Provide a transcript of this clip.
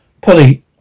Polly